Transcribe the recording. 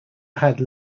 had